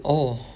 oh